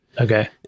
Okay